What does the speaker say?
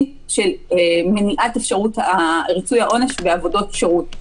של מניעת אפשרות ריצוי העונש בעבודות שירות.